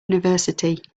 university